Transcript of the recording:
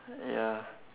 ya